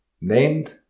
named